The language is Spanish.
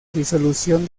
disolución